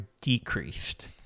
decreased